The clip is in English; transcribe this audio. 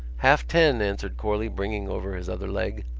half ten, answered corley, bringing over his other leg.